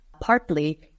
partly